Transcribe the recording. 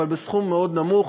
אבל זה סכום מאוד נמוך,